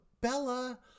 Bella